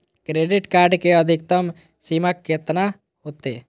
Credit card के अधिकतम सीमा कितना होते?